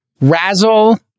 Razzle